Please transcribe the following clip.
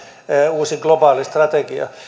uusi globaali strategia